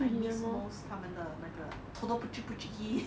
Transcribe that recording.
I miss most 他们的